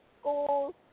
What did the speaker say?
school